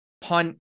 punt